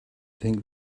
think